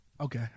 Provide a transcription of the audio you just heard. Okay